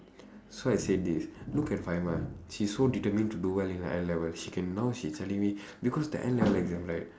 so I said this look at she's so determined to do well in her N level she can now she telling me because the N level exam right